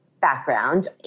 background